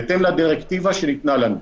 בהתאם לדירקטיבה שניתנה לנו,